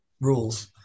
rules